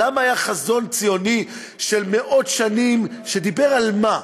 למה היה חזון ציוני של מאות שנים, שדיבר על מה?